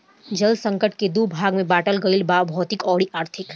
जल संकट के दू भाग में बाटल गईल बा भौतिक अउरी आर्थिक